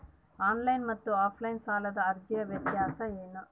Online ಮತ್ತು offline ಸಾಲದ ಅರ್ಜಿಯ ವ್ಯತ್ಯಾಸ ಏನು?